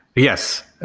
yes.